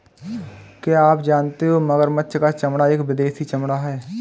क्या आप जानते हो मगरमच्छ का चमड़ा एक विदेशी चमड़ा है